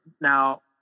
Now